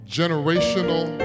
generational